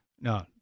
no